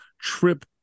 trip